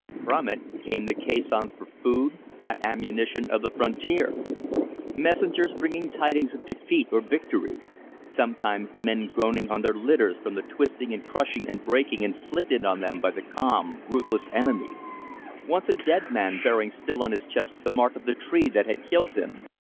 from it came the caissons for food, that ammunition of the frontier messengers bringing tidings of defeat or victory sometimes men groaning on their litters from the twisting and crushing and breaking inflicted on them by the calm, ruthless enemy once a dead man bearing still on his chest the mark of the tree that had killed him.